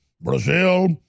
Brazil